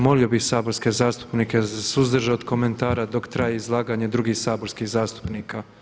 Molio bih saborske zastupnike za suzdržat komentara dok traje izlaganje drugih saborskih zastupnika.